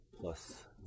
plus